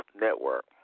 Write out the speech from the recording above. network